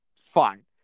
fine